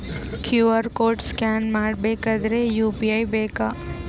QR code scan ಮಾಡಬೇಕಾದರೆ UPI ಬೇಕಾ?